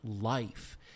life